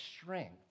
strength